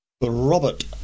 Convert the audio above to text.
robert